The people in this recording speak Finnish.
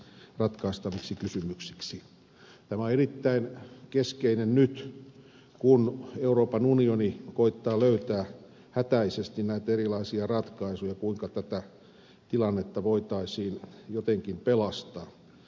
tämä on erittäin keskeinen nyt kun euroopan unioni koettaa löytää hätäisesti näitä erilaisia ratkaisuja kuinka tätä tilannetta voitaisiin jotenkin pelastaa